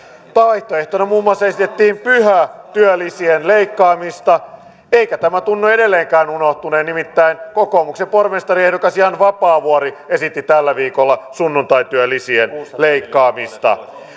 vaihtoehtona esitettiin muun muassa pyhätyölisien leikkaamista eikä tämä tunnu edelleenkään unohtuneen nimittäin kokoomuksen pormestariehdokas jan vapaavuori esitti tällä viikolla sunnuntaityölisien leikkaamista